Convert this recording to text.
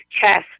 chest